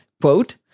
Quote